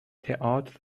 تئاتر